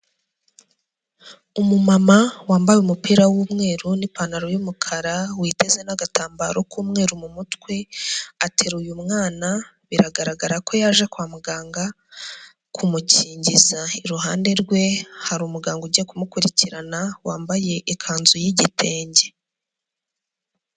Umumama wambaye umupira w'umweru n'ipantaro y'umukara witeze n'agatambaro k'umweru mu mutwe, ateruye umwana, biragaragara ko yaje kwa muganga kumukingiza, iruhande rwe hari umuganga ugiye kumukurikirana wambaye ikanzu y'igitenge.